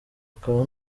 akaba